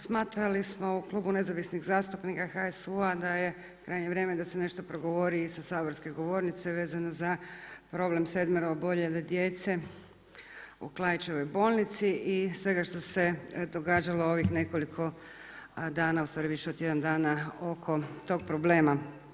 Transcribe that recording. Smatrali smo u Klubu nezavisnih zastupnika HSU-a da je krajnje vrijeme da se nešto progovori i sa saborske govornice vezano za problem sedmero oboljele djece u Klaićevoj bolnici i svega što se događalo ovih nekoliko dana, ustvari više od tjedan dana oko tog problema.